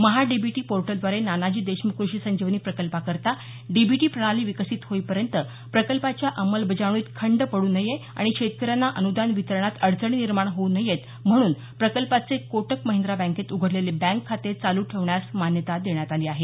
महा DBT पोर्टलद्वारे नानाजी देशमुख क्रषी संजीवनी प्रकल्पाकरता डीबीटी प्रणाली विकसित होईपर्यत प्रकल्पाच्या अमलबजावणीत खंड पडू नये आणि शेतकऱ्यांना अनुदान वितरणात अडचणी निर्माण होऊ नयेत म्हणून प्रकल्पाचे कोटक महिंद्रा बँकेत उघडलेले बँक खाते चालू ठेवण्यास मान्यता देण्यात आली आहे